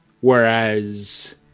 Whereas